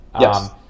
Yes